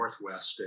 Northwest